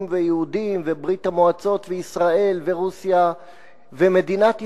ויהודים וברית-המועצות וישראל ורוסיה ומדינת ישראל,